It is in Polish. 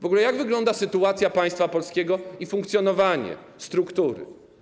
W ogóle jak wygląda sytuacja państwa polskiego i jego funkcjonowanie, struktury?